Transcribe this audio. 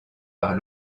par